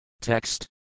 Text